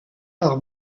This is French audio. par